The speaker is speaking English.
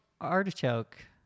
artichoke